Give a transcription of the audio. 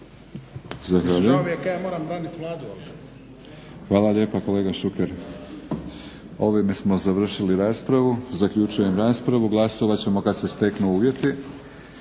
Hvala lijepa kolega Šuker. Ovime smo završili raspravu. Zaključujem raspravu. Glasovat ćemo kada se steknu uvjeti.